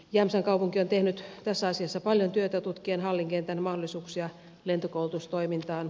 jämsän kaupunki on tehnyt tässä asiassa paljon työtä tutkien hallin kentän mahdollisuuksia lentokoulutustoimintaan